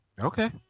Okay